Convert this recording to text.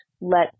let